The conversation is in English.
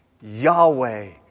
Yahweh